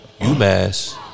UMass